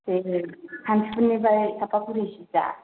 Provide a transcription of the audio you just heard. बे सान्टिपुरनिफ्राइ साफागुरिसिम दा